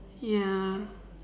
ya